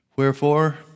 Wherefore